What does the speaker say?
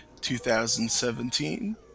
2017